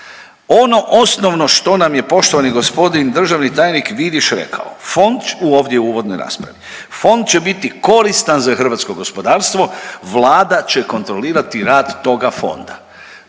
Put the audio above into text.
Ono osnovno što nam je poštovani g. državni tajnik Vidiš rekao, fond, u, ovdje u uvodnoj raspravi, fond će biti koristan za hrvatsko gospodarstvo, Vlada će kontrolirati rad toga fonda.